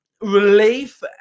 relief